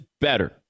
better